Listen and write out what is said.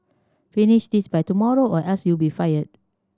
finish this by tomorrow or else you'll be fired